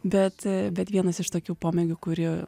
bet bet vienas iš tokių pomėgių kurį